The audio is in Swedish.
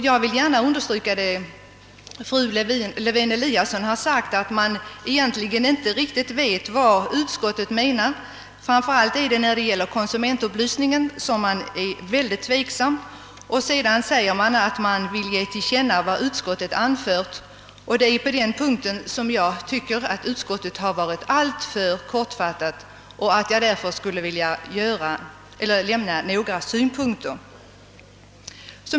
Jag vill gärna understryka fru Lewén-Eliassons uttalande att man egentligen inte riktigt vet vad utskottet menar — framför allt är man mycket tveksam beträffande konsumentupplysningen. Sedan föreslås att riksdagen skall ge till känna vad utskottet anfört; det är på denna punkt jag anser att utskottet har varit alltför kortfattat. Jag skulle därför vilja framlägga några synpunkter.